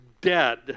dead